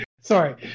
Sorry